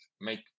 make